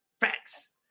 facts